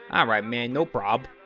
um alright man, no prob.